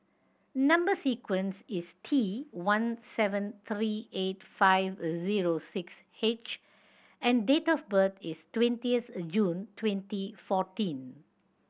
number sequence is T one seven three eight five zero six H and date of birth is twentieth June twenty fourteen